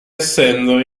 essendo